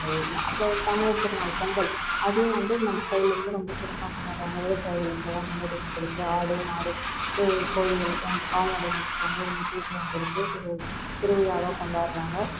எங்கள் ஊரில் அப்புறம் தமிழர் திருநாள் பொங்கல் அதையும் வந்து நம்ம சைடில் வந்து ரொம்ப சிறப்பாக கொண்டாடுகிறாங்க விவசாயிங்களுக்குலா முன்னுரிமை கொடுத்து ஆடு மாடு கோ கோழிங்களுக்கு அந்த கால்நடைகள்க்கு வந்து ஒரு முக்கியத்துவம் கொடுத்து ஒரு திருவிழாவாக கொண்டாடுகிறாங்க